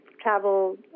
travel